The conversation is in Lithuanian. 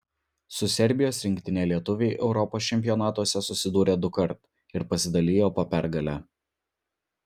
su serbijos rinktine lietuviai europos čempionatuose susidūrė dukart ir pasidalijo po pergalę